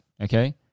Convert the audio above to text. okay